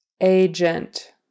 Agent